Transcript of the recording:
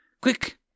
Quick